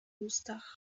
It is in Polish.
ustach